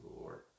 Lord